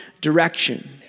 direction